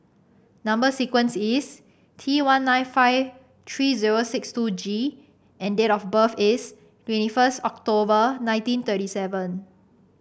number sequence is T one nine five three zero six two G and date of birth is twenty first October nineteen thirty seven